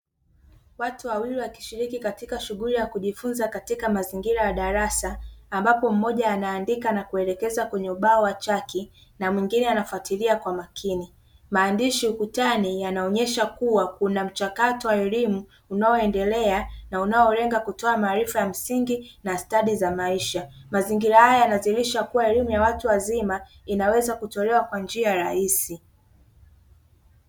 Watu wawili wakishiriki katika shughuli yakujifunza katika mazingira ya darasa, ambapo mmoja anaandika na kuelekeza kwenye ubao wa chaki na mwingine anafuatilia kwa makini. Maandishi ukutani yanaonesha kuwa kuna mchakato wa elimu unaoendelea na unaolenga kutoa maarifa ya msingi na stadi za maisha. Mazingira haya yanadhihirisha kuwa elimu ya watu wazima inaweza kutolewa kwa njia rahisi.